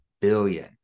billion